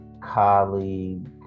colleague